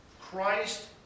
Christ